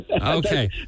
Okay